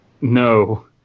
no